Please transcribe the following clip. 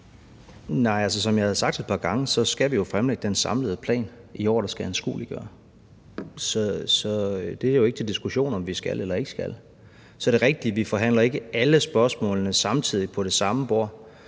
Nej, som jeg har sagt det et par gange, skal vi jo fremlægge den samlede plan i år, der skal anskueliggøre det. Så det er jo ikke til diskussion, om vi skal eller ikke skal. Så er det rigtigt, at vi ikke forhandler alle spørgsmålene samtidig på det samme bord,